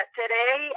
today